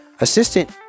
Assistant